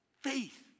faith